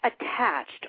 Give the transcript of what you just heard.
attached